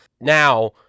now